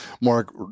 Mark